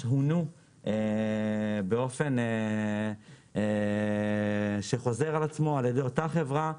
הונו באופן שחוזר על עצמו על ידי אותה חברה.